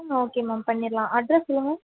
ம் okay ma'am பண்ணிடலாம் address சொல்லுங்க